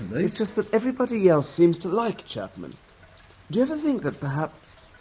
it's just that, everybody else seems to like chapman do you ever think that perhaps,